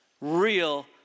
real